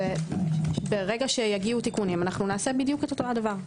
ברגע שיגיעו תיקונים נעשה בדיוק אותו דבר.